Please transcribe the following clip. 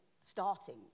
starting